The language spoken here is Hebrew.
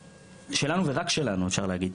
שלנו ורק שלנו אפשר להגיד.